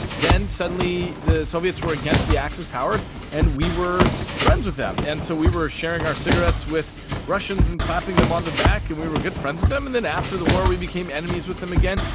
then suddenly the soviets where against the axis powers and we were friends with them. and so we were sharing our cigarettes with russians and clapping them on the back and we were good friends with them. and then after the war we became enemies with them again.